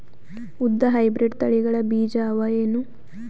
ಉದ್ದ ಹೈಬ್ರಿಡ್ ತಳಿಗಳ ಬೀಜ ಅವ ಏನು?